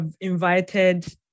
invited